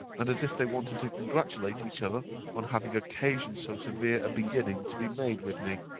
and as if they wanted to congratulate each other on having occasioned so severe a beginning to be made with me.